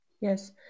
Yes